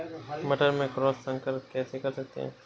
मटर में क्रॉस संकर कैसे कर सकते हैं?